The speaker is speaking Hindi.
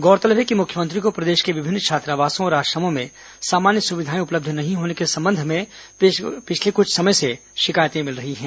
गौरतलब है कि मुख्यमंत्री को प्रदेश के विभिन्न छात्रावासों और आश्रमों में सामान्य सुविधाएं उपलब्य नहीं होने के संबंध में पिछले कुछ समय से शिकायते मिल रही हैं